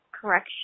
correction